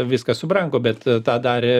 viskas subrango bet tą darė